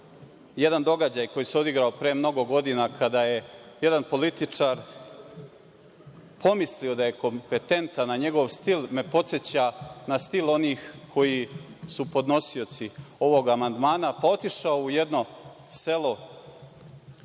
jedan događaj koji se odigrao pre mnogo godina kada je jedan političar pomislio da je kompetentan, a njegov stil me podseća na stil onih koji su podnosioci ovog amandmana, otišao u jedno selo